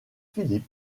philip